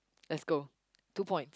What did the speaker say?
let's go two points